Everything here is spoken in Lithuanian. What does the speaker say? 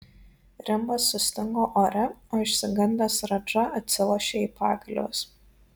rimbas sustingo ore o išsigandęs radža atsilošė į pagalves